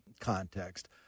context